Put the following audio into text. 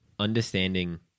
understanding